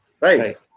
Right